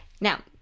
Now